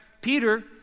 Peter